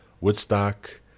woodstock